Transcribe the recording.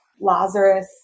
Lazarus